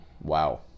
wow